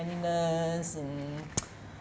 cleanliness and